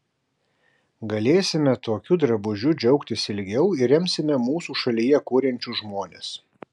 galėsime tokiu drabužiu džiaugtis ilgiau ir remsime mūsų šalyje kuriančius žmones